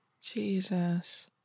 jesus